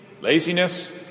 Laziness